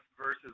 versus